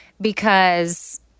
because-